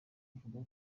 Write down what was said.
avuga